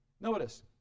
Notice